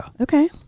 Okay